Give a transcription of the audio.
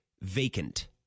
vacant